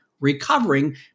recovering